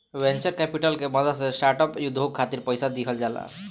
venture capital के मदद से स्टार्टअप उद्योग खातिर पईसा दिहल जाला